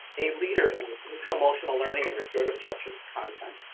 a leader and emotional emotional learning and restorative justice content.